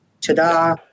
Ta-da